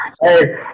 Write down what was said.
hey